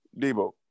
Debo